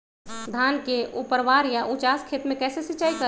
धान के ऊपरवार या उचास खेत मे कैसे सिंचाई करें?